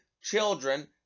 children